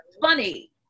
funny